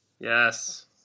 Yes